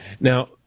Now